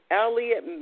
Elliot